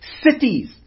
cities